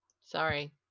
Sorry